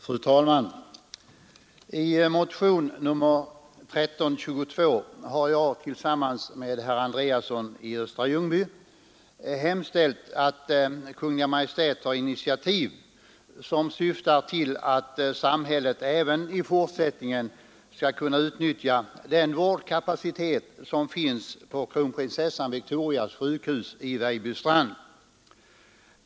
Fru talman! I motionen 1322 har jag tillsammans med herr Andreasson i Östra Ljungby hemställt att Kungl. Maj:t tar initiativ som syftar till att samhället även i fortsättningen skall kunna utnyttja den vårdkapacitet som finns på Kronprinsessan Victorias sjukhus i Vejbystrand.